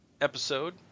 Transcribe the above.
episode